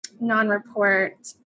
non-report